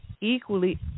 equally